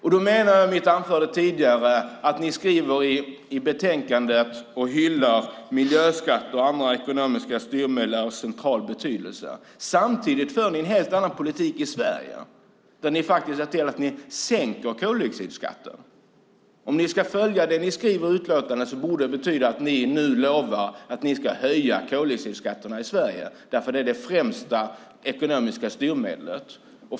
Jag menade i mitt anförande tidigare att ni i betänkandet hyllar miljöskatter och andra ekonomiska styrmedel av central betydelse samtidigt som ni för en helt annan politik i Sverige där ni faktiskt sänker koldioxidskatten. Om ni ska följa det som ni skriver i utlåtandet borde det betyda att ni nu lovar att ni ska höja koldioxidskatterna i Sverige därför att det är det främsta ekonomiska styrmedlet.